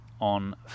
on